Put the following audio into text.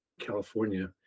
California